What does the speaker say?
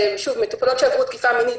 מטופלות שעברו תקיפה מינית,